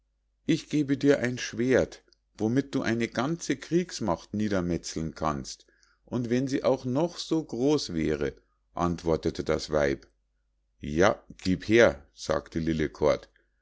ich gebe dir ein schwert womit du eine ganze kriegsmacht niedermetzeln kannst und wenn sie auch noch so groß wäre antwortete das weib ja gieb her sagte